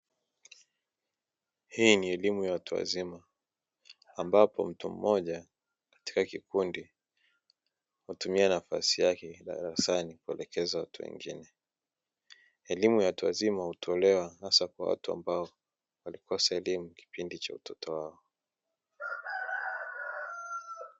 Hii ni elimu ya watu wazima, ambapo mtu mmoja katika kikundi hutumia nafasi yake darasani kuelekeza watu wengine, elimu ya watu wazima hutolewa hasa Kwa watu ambao, walikosa elimu kipindi cha utoto wao.